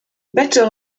better